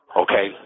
okay